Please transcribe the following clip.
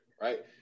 Right